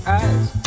eyes